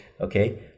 okay